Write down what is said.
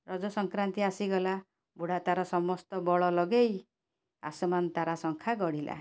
ରଜ ସଂକ୍ରାନ୍ତି ଆସିଗଲା ବୁଢ଼ା ତାର ସମସ୍ତ ବଳ ଲଗାଇ ଆସମାନ୍ ତାରା ଶଙ୍ଖା ଗଢ଼ିଲା